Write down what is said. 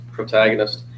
protagonist